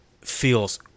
feels